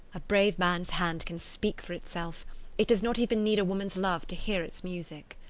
a brave man's hand can speak for itself it does not even need a woman's love to hear its music.